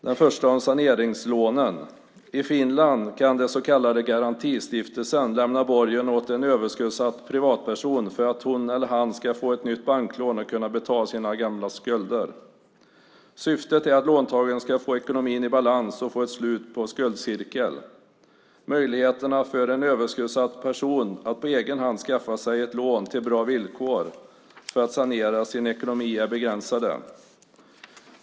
Den första handlar om saneringslån. I Finland kan den så kallade Garantistiftelsen lämna borgen åt en överskuldsatt privatperson för att hon eller han ska få ett nytt banklån och kunna betala av sina gamla skulder. Syftet är att låntagaren ska få ekonomin i balans och få ett slut på skuldcirkeln. Möjligheterna för en överskuldsatt person att på egen hand skaffa sig ett lån till bra villkor för att sanera sin ekonomi är begränsade.